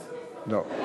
לא.